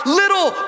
little